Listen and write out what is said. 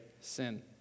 sin